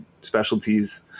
specialties